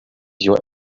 your